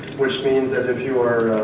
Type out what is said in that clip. which means that if you are, ah,